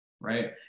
right